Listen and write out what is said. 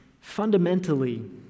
fundamentally